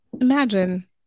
Imagine